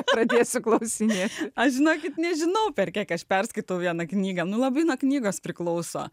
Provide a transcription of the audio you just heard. pradėsiu klausinėt aš žinokit nežinau per kiek aš perskaitau vieną knygą nu labai nuo knygos priklauso